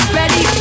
ready